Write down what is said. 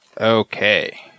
Okay